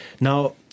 Now